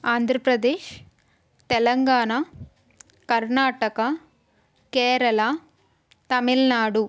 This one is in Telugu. ఆంధ్రప్రదేశ్ తెలంగాణ కర్ణాటక కేరళ తమిళనాడు